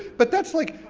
but that's like,